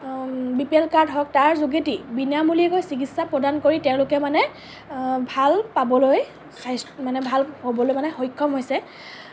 B P L card হওঁক তাৰ যোগেদি বিনামূলীয়াকৈ চিকিৎসা প্ৰদান কৰি তেওঁলোকে মানে ভাল পাবলৈ মানে ভাল হ'বলৈ মানে সক্ষম হৈছে